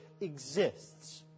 exists